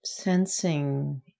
Sensing